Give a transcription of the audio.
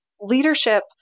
leadership